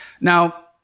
Now